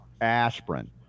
aspirin